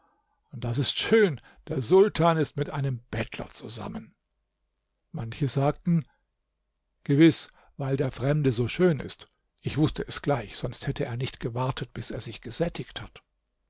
das ist schön der sultan ist mit einem bettler zusammen manche sagten gewiß weil der fremde so schön ist ich wußte es gleich sonst hätte er nicht gewartet bis er sich gesättigt hat